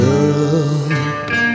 Girl